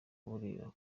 burera